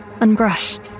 Unbrushed